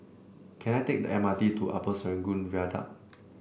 can I take the M R T to Upper Serangoon Viaduct